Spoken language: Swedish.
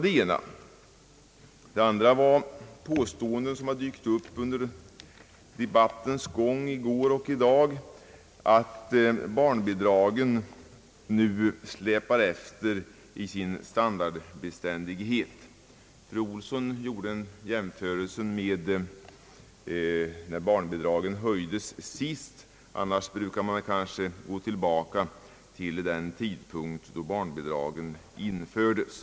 Under debattens gång i går och i dag har dykt upp påståendet att barnbidragen nu släpat efter i sin standardbeständighet. Fru Olsson gjorde en jämförelse med när barnbidraget höjdes senast. Annars brukar man kanske gå tillbaka till den tidpunkt då barnbidraget infördes.